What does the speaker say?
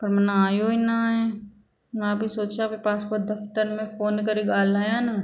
त माना आयो ई न आहे मां बि सोचा पेई पासपोट दफ़्तर में फ़ोन करे ॻाल्हायानि